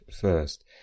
first